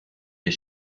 des